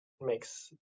makes